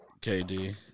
KD